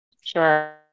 Sure